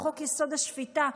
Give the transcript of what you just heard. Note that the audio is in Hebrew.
בחוק-יסוד: השפיטה,